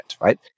right